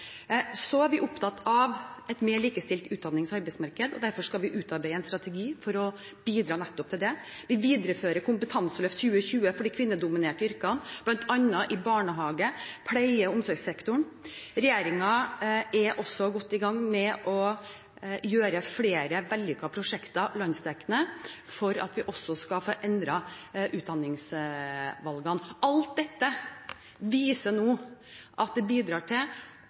Så er vi opptatt av et mer likestilt utdannings- og arbeidsmarked, og derfor skal vi utarbeide en strategi for å bidra til nettopp det. Vi viderefører Kompetanseløft 2020 for de kvinnedominerte yrkene, bl.a. i barnehage- og pleie- og omsorgssektoren. Regjeringen er også godt i gang med å gjøre flere vellykkede prosjekter landsdekkende for at vi også skal få endret utdanningsvalgene. Alt dette viser at vi bidrar til